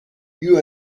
you